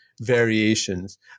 Variations